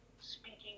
speaking